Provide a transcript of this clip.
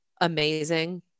amazing